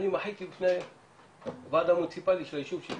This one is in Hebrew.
אני מחיתי בפני הוועד המוניציפלי של היישוב שלי.